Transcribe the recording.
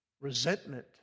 resentment